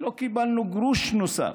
לא קיבלנו גרוש נוסף,